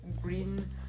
green